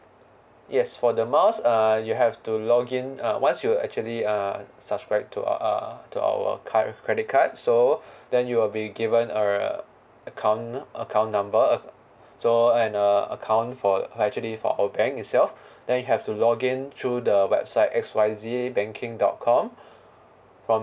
yes for the miles uh you have to login uh once you actually uh subscribe to our uh to our card credit card so then you will be given err account account number uh so and a account for actually for our bank itself then you have to login through the website X Y Z banking dot com from